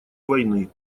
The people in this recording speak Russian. войны